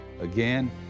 Again